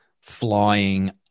flying